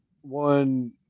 one